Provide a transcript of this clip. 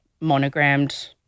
monogrammed